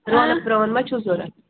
hello Rohan ما چھُو ضروٗرت